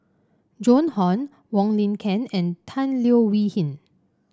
Joan Hon Wong Lin Ken and Tan Leo Wee Hin